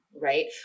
Right